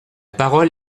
parole